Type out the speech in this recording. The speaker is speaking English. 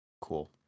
cool